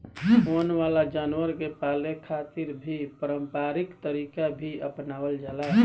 वन वाला जानवर के पाले खातिर भी पारम्परिक तरीका ही आपनावल जाला